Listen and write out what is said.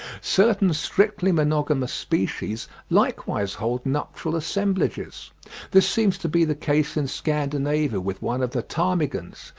certain strictly monogamous species likewise hold nuptial assemblages this seems to be the case in scandinavia with one of the ptarmigans,